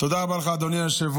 תודה רבה לך, אדוני היושב-ראש.